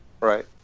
right